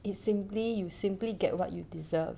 it simply you simply get what you deserve